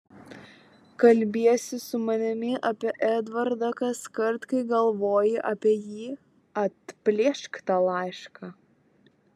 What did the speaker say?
kalbiesi su manimi apie edvardą kaskart kai galvoji apie jį atplėšk tą laišką